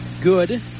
good